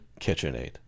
KitchenAid